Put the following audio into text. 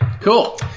Cool